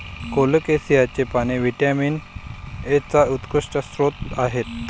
कोलोकेसियाची पाने व्हिटॅमिन एचा उत्कृष्ट स्रोत आहेत